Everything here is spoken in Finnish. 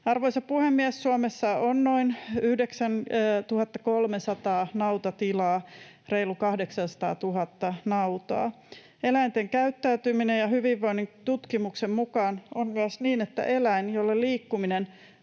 Arvoisa puhemies! Suomessa on noin 9 300 nautatilaa, reilu 800 000 nautaa. Eläinten käyttäytymisen hyvinvoinnin tutkimuksen mukaan on myös niin, että eläin, jolle liikkuminen